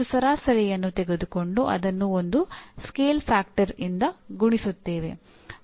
ಅಧ್ಯಯನ ವಿಷಯ ಏನೆಂದು ವಿಶ್ವವಿದ್ಯಾಲಯ ವ್ಯಾಖ್ಯಾನಿಸುತ್ತದೆ